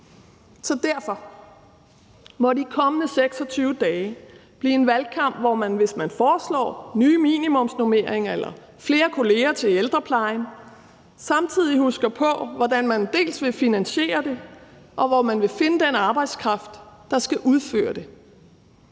Derfor: Må de kommende 26 dage blive en valgkamp, hvor man, hvis man foreslår nye minimumsnormeringer eller flere kolleger til ældreplejen, samtidig husker på, hvordan man dels vil finansiere det, og hvor man vil finde den arbejdskraft, der skal udføre det.